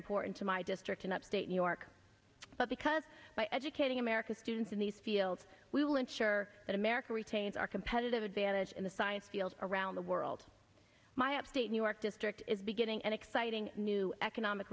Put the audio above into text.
important to my district in upstate new york but because by educating america's students in these fields we will ensure that america retains our competitive advantage in the science field around the world my upstate new york district is beginning an exciting new economic